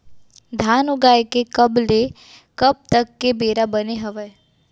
धान उगाए के कब ले कब तक के बेरा बने हावय?